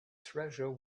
treasure